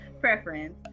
preference